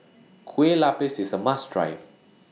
Kueh Lapis IS A must Try